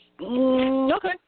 Okay